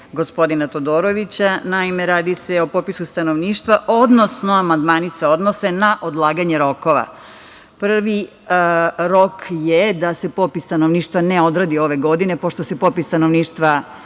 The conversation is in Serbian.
gospodina Todorovića. Naime, radi se o popisu stanovništva, odnosno amandmani se odnose na odlaganje rokova. Prvi rok je da se popis stanovništva ne odradi ove godine, pošto se popis stanovništva